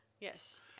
Yes